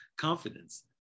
confidence